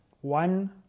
One